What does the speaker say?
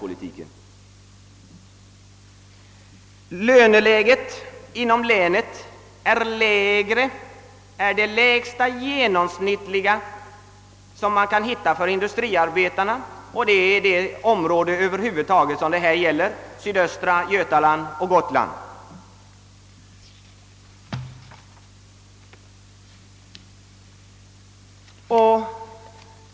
Löneläget i denna del av landet är det lägsta genomsnittliga för industriarbetare. Det är sydöstra Götaland och Gotland som det gäller.